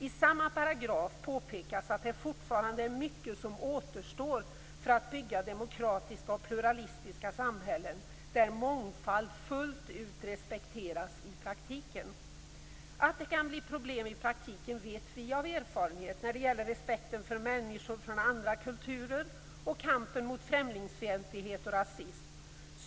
I samma paragraf påpekas att det fortfarande är mycket som återstår för att bygga demokratiska och pluralistiska samhällen där mångfald fullt ut respekteras i praktiken. Vi vet att det kan bli problem i praktiken när det gäller respekten för människor från andra kulturer. Detta har vi fått erfarenhet av i kampen mot främlingsfientlighet och rasism.